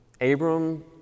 Abram